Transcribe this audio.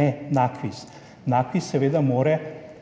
ne NAKVIS, NAKVIS seveda mora